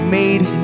made